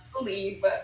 leave